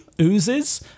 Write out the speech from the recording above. oozes